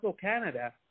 Canada